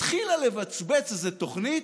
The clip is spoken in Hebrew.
התחילה לבצבץ איזו תוכנית,